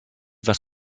was